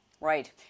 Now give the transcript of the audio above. Right